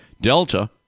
delta